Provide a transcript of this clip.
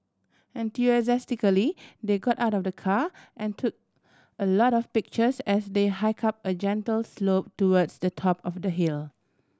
enthusiastically they got out of the car and took a lot of pictures as they hike up a gentle slope towards the top of the hill